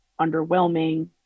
underwhelming